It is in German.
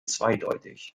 zweideutig